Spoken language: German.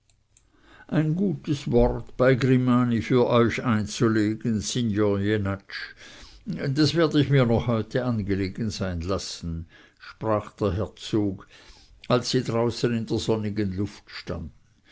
ein gutes wort bei grimani für euch einzulegen signor jenatsch das werd ich mir noch heute angelegen sein lassen sprach der herzog als sie draußen in der sonnigen luft standen